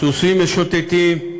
סוסים משוטטים,